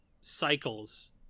cycles